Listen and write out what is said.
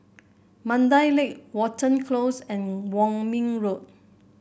Mandai Lake Watten Close and Kwong Min Road